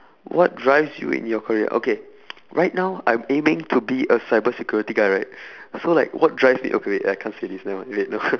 what drives you in your career okay right now I'm aiming to be a cyber security guy right so like what drives me okay wait I can't say this never mind wait no wait uh